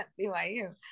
BYU